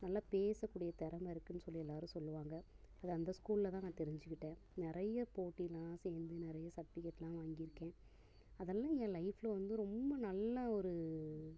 நல்லா பேசக்கூடிய தெறமை இருக்குன்னு சொல்லி எல்லோரும் சொல்லுவாங்க அது அந்த ஸ்கூலில்தான் நான் தெரிஞ்சுக்கிட்டேன் நிறையா போட்டிலாம் சேர்ந்து நிறையா சர்ட்டிஃபிகேட்லாம் வாங்கியிருக்கேன் அதெல்லாம் என் லைஃப்பில் வந்து ரொம்ப நல்ல ஒரு